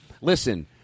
Listen